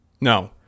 No